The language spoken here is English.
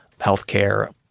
healthcare